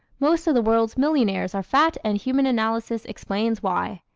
most of the world's millionaires are fat and human analysis explains why.